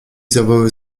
zawyły